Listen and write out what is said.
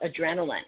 adrenaline